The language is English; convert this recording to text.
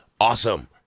awesome